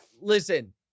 listen